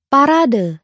Parade